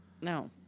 No